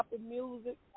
Music